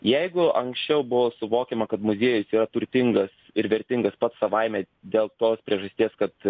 jeigu anksčiau buvo suvokiama kad muziejus yra turtingas ir vertingas pats savaime dėl tos priežasties kad